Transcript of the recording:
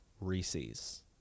Reese's